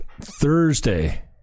Thursday